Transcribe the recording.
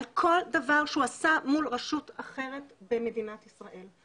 כל דבר שהוא עשה מול רשות אחרת במדינת ישראל.